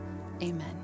amen